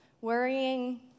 Worrying